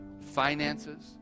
finances